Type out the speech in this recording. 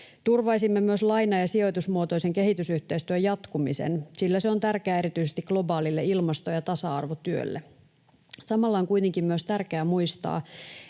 Turvaisimme myös laina- ja sijoitusmuotoisen kehitysyhteistyön jatkumisen, sillä se on tärkeää erityisesti globaalille ilmasto- ja tasa-arvotyölle. Samalla on kuitenkin myös tärkeää muistaa,